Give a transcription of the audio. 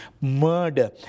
murder